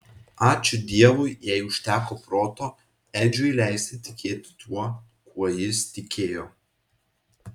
ačiū dievui jai užteko proto edžiui leisti tikėti tuo kuo jis tikėjo